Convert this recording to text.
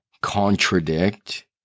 contradict